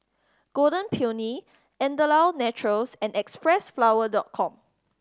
Golden Peony Andalou Naturals and Xpressflower Dot Com